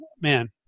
man